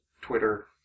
Twitter